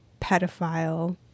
pedophile